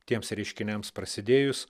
tiems reiškiniams prasidėjus